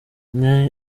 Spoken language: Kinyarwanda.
ngo